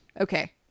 Okay